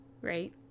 right